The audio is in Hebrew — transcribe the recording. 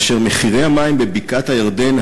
ומחירי המים בבקעת-הירדן,